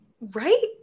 right